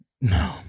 No